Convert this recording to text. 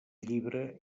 llibre